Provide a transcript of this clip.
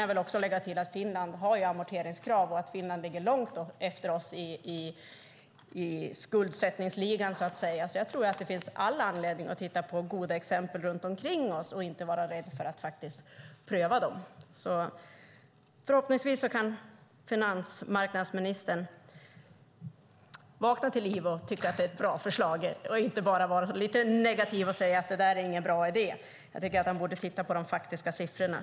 Jag kan lägga till att Finland har amorteringskrav och att Finland ligger långt efter oss i skuldsättningsligan. Jag tror att det finns all anledning att titta på goda exempel runt omkring oss och inte vara rädda för att pröva dem. Förhoppningsvis kan finansmarknadsministern vakna till liv och tycka att det är ett bra förslag och inte vara negativ och säga att det inte är en bra idé. Han borde titta på de faktiska siffrorna.